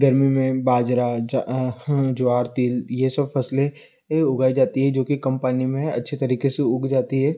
गर्मी में बाजरा हाँ ज्वार तिल ये सब फसलें उगाई जाती है जो कि कम पानी में अच्छे तरीके से उग जाती है